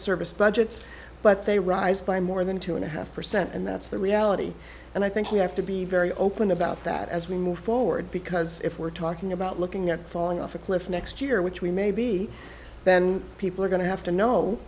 service budgets but they rise by more than two and a half percent and that's the reality and i think we have to be very open about that as we move forward because if we're talking about looking at falling off a cliff next year which we maybe then people are going to have to know